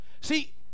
see